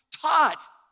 taught